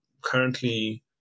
currently